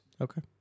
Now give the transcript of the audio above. Okay